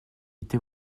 était